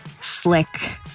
slick